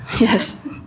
Yes